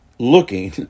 Looking